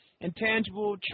intangible